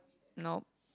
nope